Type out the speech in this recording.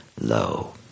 low